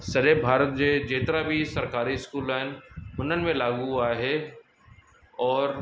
सॼे भारत जे जेतिरा बि सरकारी स्कूल आहिनि हुननि में लागू आहे औरि